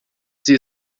sie